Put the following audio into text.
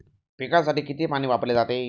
पिकांसाठी किती पाणी वापरले जाते?